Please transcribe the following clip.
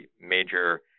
major